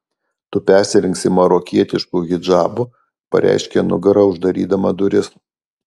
tu persirengsi marokietišku hidžabu pareiškė nugara uždarydama duris